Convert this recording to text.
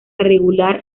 regular